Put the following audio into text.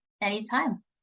Anytime